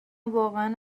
واقعا